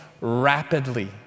rapidly